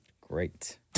Great